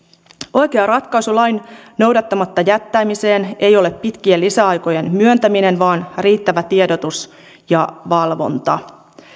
oikea ratkaisu lain noudattamatta jättämiseen ei ole pitkien lisäaikojen myöntäminen vaan riittävä tiedotus ja valvonta